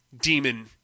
demon